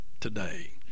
today